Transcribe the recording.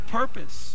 purpose